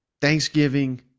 Thanksgiving